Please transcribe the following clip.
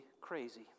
crazy